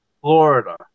Florida